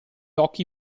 occhi